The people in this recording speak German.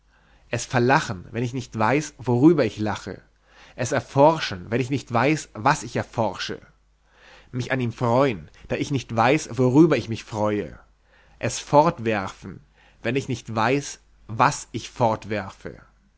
es verlachen wenn ich nicht weiß worüber ich lache es erforschen wo ich nicht weiß was ich erforsche mich an ihm freuen da ich nicht weiß worüber ich mich freue es fortwerfen wenn ich nicht weiß was ich